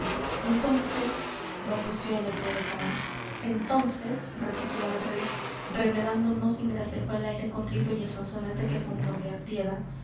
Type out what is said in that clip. entonces balbució el ayuda de cámara entonces repitió el rey remedando no sin gracejo el aire contrito y el sonsonete quejumbrón de artieda